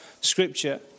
Scripture